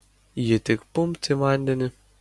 ji tik pumpt į vandenį